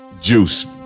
Juice